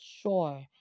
sure